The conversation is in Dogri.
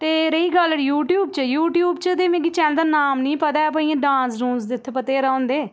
जे रेही गल्ल यूट्यूव च यूट्यूव च ते मिगी चैनल दा नाम नी पता पर इ'यां डांस डुंस ते इत्थें बत्थेरे होंदे